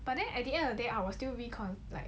but then at the end of the day I will still like